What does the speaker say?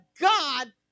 God